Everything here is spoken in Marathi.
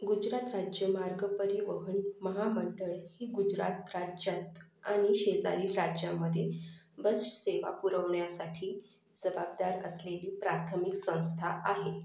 गुजरात राज्य मार्ग परिवहन महामंडळ ही गुजरात राज्यात आणि शेजारील राज्यामध्ये बससेवा पुरवण्यासाठी जबाबदार असलेली प्राथमिक संस्था आहे